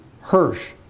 Hirsch